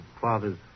Father's